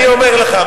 אני אומר לך,